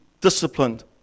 disciplined